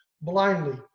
blindly